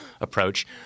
approach